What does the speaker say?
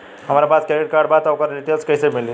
हमरा पास credit card बा त ओकर डिटेल्स कइसे मिली?